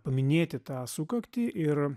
paminėti tą sukaktį ir